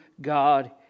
God